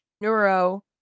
neuro